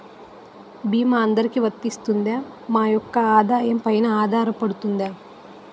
భీమా అందరికీ వరిస్తుందా? మా యెక్క ఆదాయం పెన ఆధారపడుతుందా?